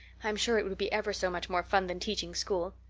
i'm sure it would be ever so much more fun than teaching school.